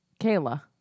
Kayla